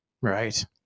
Right